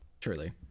Truly